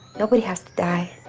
nobody has to die.